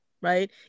right